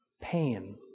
pain